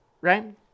right